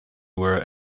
were